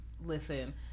Listen